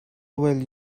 will